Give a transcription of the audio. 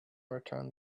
returned